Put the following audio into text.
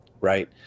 right